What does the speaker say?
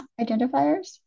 identifiers